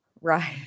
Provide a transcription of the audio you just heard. Right